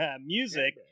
Music